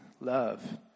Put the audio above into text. love